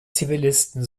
zivilisten